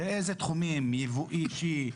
תראה איזה תחומים: ייבוא אישי,